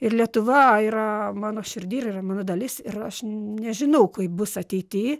ir lietuva yra mano širdy ir yra mano dalis ir aš nežinau kaip bus ateity